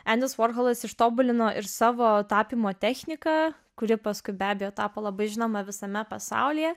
endis vorholas ištobulino ir savo tapymo techniką kuri paskui be abejo tapo labai žinoma visame pasaulyje